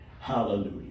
hallelujah